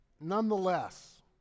Nonetheless